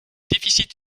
déficits